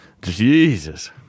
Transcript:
Jesus